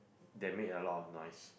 that made a lot of noise